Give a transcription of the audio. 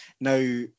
Now